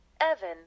Evan